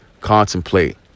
contemplate